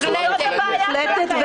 זו הבעיה שלכם.